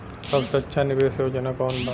सबसे अच्छा निवेस योजना कोवन बा?